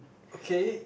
okay